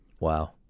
Wow